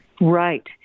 Right